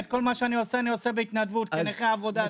את כל מה שאני עושה אני עושה בהתנדבות כנכה עבודה,